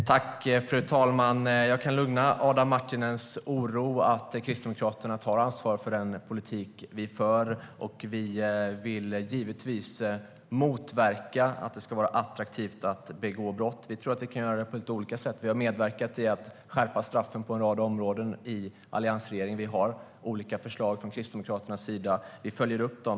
Fru talman! Jag kan lugna Adam Marttinen i den oro han känner. Kristdemokraterna tar ansvar för den politik som vi för. Vi vill givetvis motverka att det ska vara attraktivt att begå brott. Vi tror att det går att göra på olika sätt. I alliansregeringen har vi medverkat till att skärpa straffen på en rad områden. Vi har olika förslag från Kristdemokraternas sida. Vi följer upp dem.